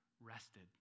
rested